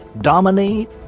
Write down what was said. dominate